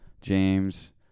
James